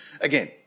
again